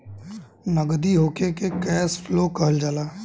नगदी होखे के कैश फ्लो कहल जाला